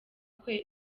kwe